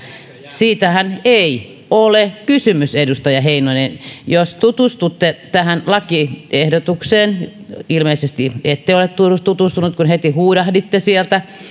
siitähän ei ole kysymys edustaja heinonen jos tutustutte tähän lakiehdotukseen ilmeisesti ette ole tutustunut kun heti huudahditte sieltä